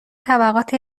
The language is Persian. طبقات